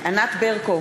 ענת ברקו,